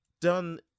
done